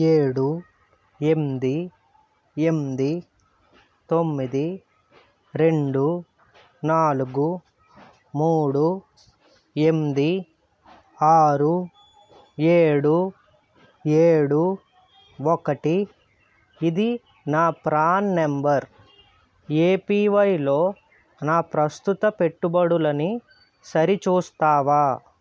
ఏడు ఎనిమిది ఎనిమిది తొమ్మిది రెండు నాలుగు మూడు ఎనిమిది ఆరు ఏడు ఏడు ఒకటి ఇది నా ప్రాన్ నెంబర్ ఏపీవైలో నా ప్రస్తుత పెట్టుబడులని సరిచూస్తావా